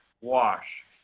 wash